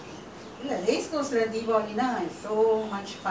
இன்னும்:innum clea~ err clear பண்ணணும் நாளைக்கு:pannanum naalaikku sofa set டு வருது:du varuthu